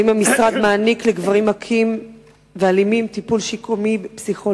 האם המשרד מעניק לגברים מכים ואלימים טיפול שיקומי-פסיכולוגי?